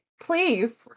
Please